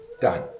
Done